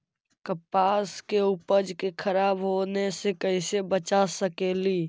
कपास के उपज के खराब होने से कैसे बचा सकेली?